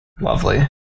Lovely